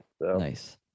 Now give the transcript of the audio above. Nice